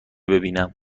ببینم